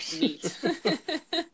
meat